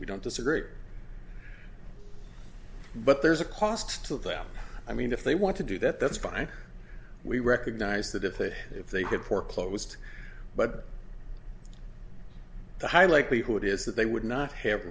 we don't disagree but there's a cost to them i mean if they want to do that that's fine we recognize that if they if they get foreclosed but the high likelihood is that they would not have